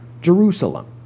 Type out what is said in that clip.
Jerusalem